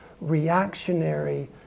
reactionary